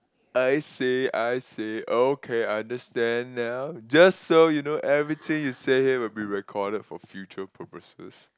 I say I say okay I understand now just so you know everything you say here will be recorded for future purposes